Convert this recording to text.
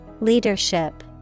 Leadership